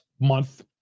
month